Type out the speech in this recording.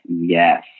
yes